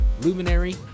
Luminary